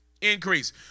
Increase